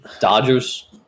Dodgers